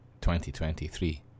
2023